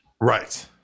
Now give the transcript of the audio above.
Right